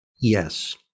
Yes